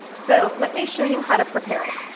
so, let me show you how to prepare it.